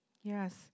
Yes